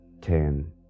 Ten